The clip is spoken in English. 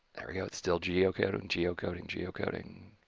we go. it's still geocoding, geocoding, geocoding.